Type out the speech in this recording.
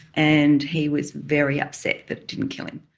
and he was very upset that it didn't kill him.